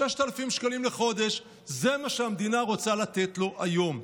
6,000 שקלים לחודש זה מה שהמדינה רוצה לתת לו היום.